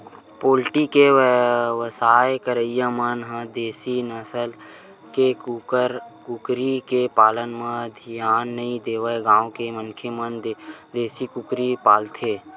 poultry के बेवसाय करइया मन ह देसी नसल के कुकरा कुकरी के पालन म धियान नइ देय गांव के मनखे मन देसी कुकरी पालथे